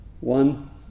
One